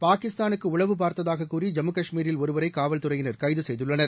பாகிஸ்தாலுக்கு உளவு பார்த்தாக கூறி ஜம்மு காஷ்மீரில் ஒருவரை காவல்துறையினர் கைது செய்துள்ளனர்